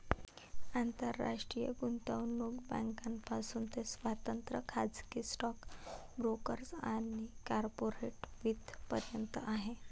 आंतरराष्ट्रीय गुंतवणूक बँकांपासून ते स्वतंत्र खाजगी स्टॉक ब्रोकर्स आणि कॉर्पोरेट वित्त पर्यंत आहे